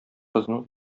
кызның